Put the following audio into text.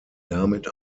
damit